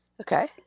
Okay